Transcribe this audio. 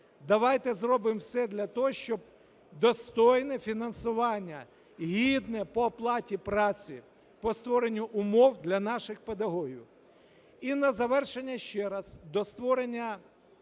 Давайте зробимо все для того, щоб достойне фінансування, гідне по оплаті праці, по створенню умов для наших педагогів. І на завершення ще раз до створення